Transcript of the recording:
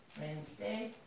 Wednesday